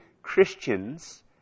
Christians